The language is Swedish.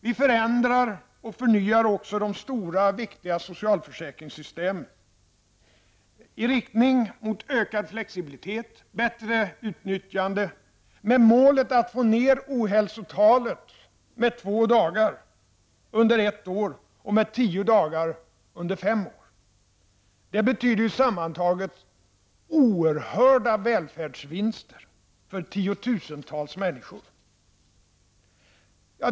Vi förändrar och förnyar också de stora och viktiga socialförsäkringssystemen i riktning mot ökad flexibilitet och bättre utnyttjande, med målet att få ned ohälsotalen med två dagar under ett år och med tio dagar under fem år. Det betyder sammantaget oerhörda välfärdsvinster för tiotusentals människor.